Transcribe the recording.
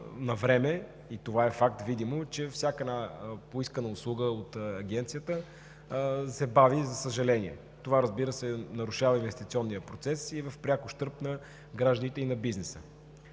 и това е факт, видимо е, че всяка поискана услуга от Агенцията, за съжаление, се бави. Това нарушава инвестиционния процес и е в пряк ущърб на гражданите и бизнеса.